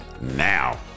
now